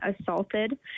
assaulted